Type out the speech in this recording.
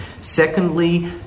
Secondly